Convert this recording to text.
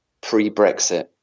pre-Brexit